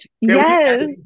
yes